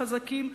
החזקים,